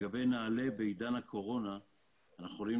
לגבי נעל"ה - בעידן הקורונה אנחנו יכולים